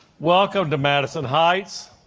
welcome to madison heights.